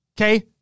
okay